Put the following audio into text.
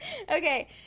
Okay